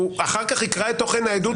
אחר כך הוא יקרא את תוכן העדות.